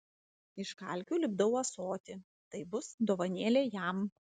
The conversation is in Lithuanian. iš kalkių lipdau ąsotį tai bus dovanėlė jam